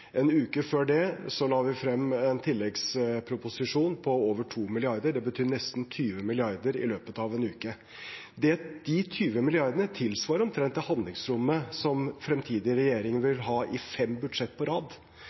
En uke før det la vi frem en tilleggsproposisjon på over 2 mrd. kr. Det betyr nesten 20 mrd. kr i løpet av en uke. De 20 milliardene tilsvarer omtrent det handlingsrommet som fremtidige regjeringer vil ha i fem budsjetter på rad.